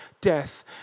death